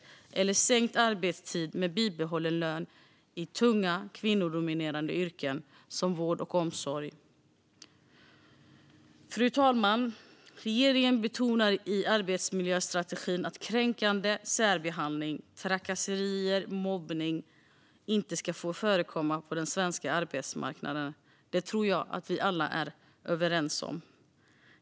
Ett annat kan vara sänkt arbetstid med bibehållen lön i tunga, kvinnodominerade yrken, som vård och omsorg. En god arbetsmiljö för framtiden - reger-ingens arbetsmiljö-strategi 2021-2025 m.m. Fru talman! Regeringen betonar i arbetsmiljöstrategin att kränkande särbehandling, trakasserier och mobbning inte ska få förekomma på den svenska arbetsmarknaden. Detta tror jag att vi alla är överens om.